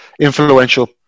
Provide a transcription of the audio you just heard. influential